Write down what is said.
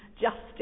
justice